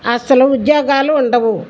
అసలు ఉద్యోగాలు ఉండవు